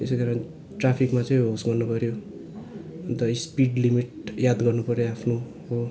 त्यसै कारण ट्रफिकमा चाहिँ होस गर्नु पऱ्यो अन्त स्पिड लिमिट याद गर्नु पऱ्यो आफ्नो हो